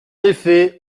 effet